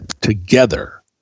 together